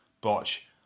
botch